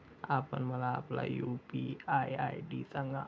आपण मला आपला यू.पी.आय आय.डी सांगा